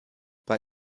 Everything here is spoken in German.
bei